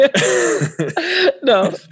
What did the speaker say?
No